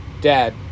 Dad